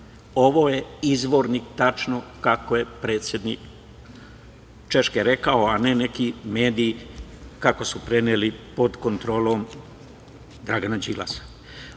Ovo je izvorno, tačno kako je predsednik Češke rekao, a ne neki medij, kako su preneli, pod kontrolom Dragana Đilasa. Dame